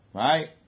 right